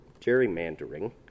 gerrymandering